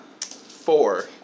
Four